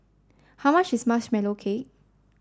how much is Marshmallow Cake